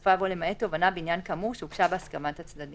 בסופה יבוא "למעט תובענה בעניין כאמור שהוגשה בהסכמת הצדדים".